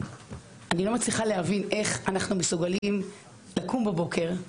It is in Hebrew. אני לא מצליחה להבין איך אנחנו מסוגלים לקום בבוקר,